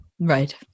Right